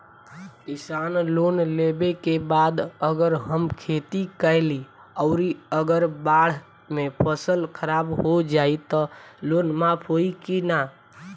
किसान लोन लेबे के बाद अगर हम खेती कैलि अउर अगर बाढ़ मे फसल खराब हो जाई त लोन माफ होई कि न?